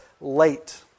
late